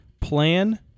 plan